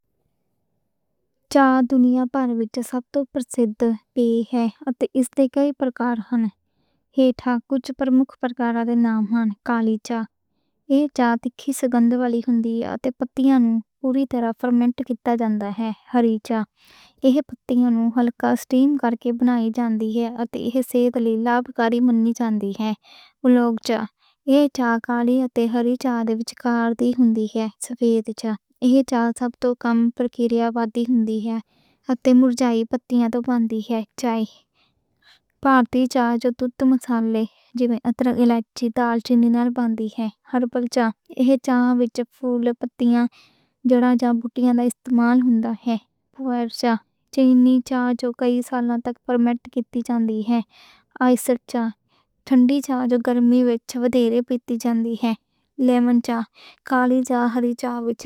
چائے دنیا بھر وچ سب توں مشہور ہے تے اس دے کئی پرکار ہن۔ ایتھے کچھ پرمکھ پرکاراں دے ناں ہن کالی چائے۔ ایہ چائے ویکھن وچ سگندھ والی ہُندی ہے تے پتیاں نوں پوری طرح فرمنٹ کیتا جاندا ہے۔ ہری چائے ہے، پتیاں نوں ہلکا سٹیم کر کے بنائی جاندی ہے، تے ایہ صحتی فائدے والی منی جاندی ہے۔ اُولونگ چائے ہے، کالی اتے ہری چائے دے وچکار دی ہُندی ہے۔ سفید چائے سب توں کم پرکریا والی ہُندی ہے تے مرجھائی پتیاں توں بَنی ہے چائے بھارتی چائے جو مصالحے جیوں ادرک، الائچی، دارچینی نال بَنی ہے۔ ہربل چائے ہے، اس وچ پھلاں، پتیاں، جڑی بوٹیاں دا استعمال ہندا ہے۔ پوئر چائے چینی چائے جو کئی سالاں تک فرمنٹ کیتی جاندی ہے۔ آئس چائے ٹھنڈی چائے جو گرمی وچ ودھیرے پیٹی جاندی ہے۔ لیمن چائے کالی چائے اتے ہری چائے وچ۔